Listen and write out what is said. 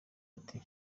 ati